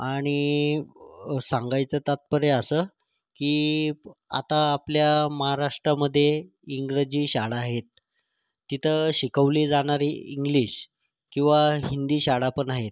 आणि सांगायचं तात्पर्य असं की आता आपल्या महाराष्ट्रामध्ये इंग्रजी शाळा आहेत तिथं शिकवली जाणारी इंग्लिश किंवा हिंदी शाळापण आहेत